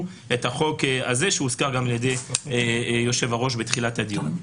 את החוק הזה שהוזכר גם על ידי היושב-ראש בתחילת הדיון.